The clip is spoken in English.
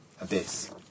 Abyss